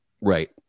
Right